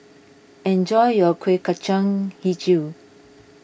enjoy your Kuih Kacang HiJau